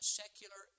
secular